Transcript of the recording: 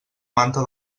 manta